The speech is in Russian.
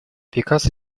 пикассо